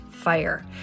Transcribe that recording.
fire